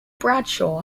bradshaw